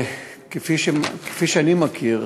כפי שאני מכיר,